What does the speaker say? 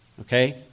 Okay